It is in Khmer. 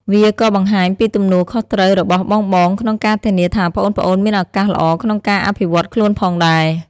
វាក៏បង្ហាញពីទំនួលខុសត្រូវរបស់បងៗក្នុងការធានាថាប្អូនៗមានឱកាសល្អក្នុងការអភិវឌ្ឍខ្លួនផងដែរ។